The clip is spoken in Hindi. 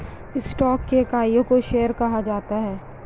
स्टॉक की इकाइयों को शेयर कहा जाता है